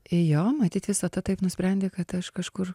jo matyt visata taip nusprendė kad aš kažkur